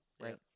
right